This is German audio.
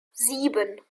sieben